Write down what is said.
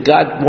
God